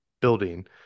building